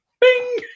Bing